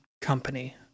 company